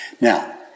Now